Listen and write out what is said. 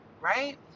right